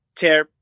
chair